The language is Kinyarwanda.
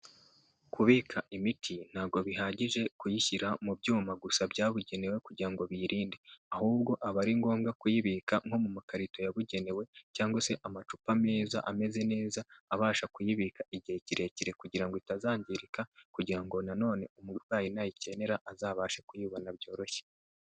Kubika imiti ntabwo bihagije kuyishyira mu byuma gusa byabugenewe kugira ngo biyirinde. Ahubwo aba ari ngombwa kuyibika nko mu makarito yabugenewe cyangwa se amacupa meza, ameze neza abasha kuyibika igihe kirekire kugira ngo itazangirika kugira ngo na none umurwayi nayikenera azabashe kuyibona byoroshye.